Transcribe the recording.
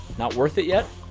not worth it yet?